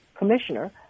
Commissioner